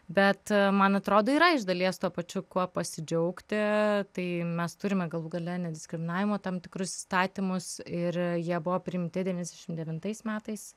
bet man atrodo yra iš dalies tuo pačiu kuo pasidžiaugti tai mes turime galų gale nediskriminavimo tam tikrus įstatymus ir jie buvo priimti devyniasdešimt devintais metais